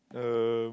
um